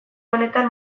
honetan